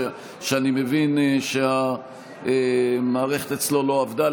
שאני מבין שהמערכת אצלו לא עבדה.